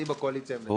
אני בקואליציה עם ---.